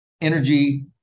energy